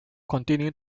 continue